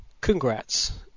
congrats